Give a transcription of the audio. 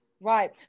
Right